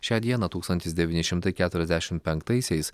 šią dieną tūkstantis devyni šimtai keturiasdešim penktaisiais